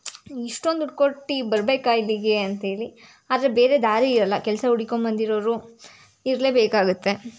ಇಷ್ಟೊಂದು ದುಡ್ಡು ಕೊಟ್ಟು ಬರಬೇಕಾ ಇಲ್ಲಿಗೆ ಅಂತೇಳಿ ಆದರೆ ಬೇರೆ ದಾರಿ ಇರೋಲ್ಲ ಕೆಲಸ ಹುಡುಕೊಂಬಂದಿರೋರು ಇರಲೇ ಬೇಕಾಗುತ್ತೆ